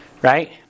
Right